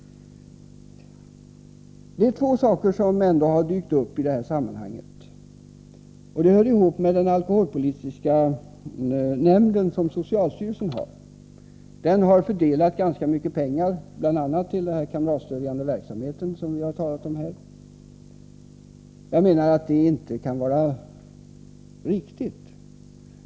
Två saker har dykt upp i sammanhanget, och de hör ihop med den alkoholpolitiska nämnden under socialstyrelsen. Denna nämnd har fördelat ganska mycket pengar, bl.a. till den kamratstödjande verksamheten, som vi här har talat om. Detta kan inte vara riktigt.